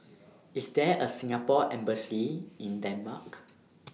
IS There A Singapore Embassy in Denmark